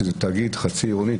שזה תאגיד חצי עירוני,